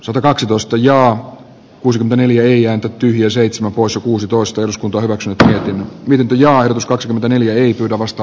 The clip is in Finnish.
satakaksitoista jo kuusi neljään tyhjä seitsemän poissa kuusitoista eduskunta hyväksyy tai myyty jo ajatus kaksikymmentäneljä ei kovasta